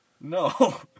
No